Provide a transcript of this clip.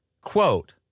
quote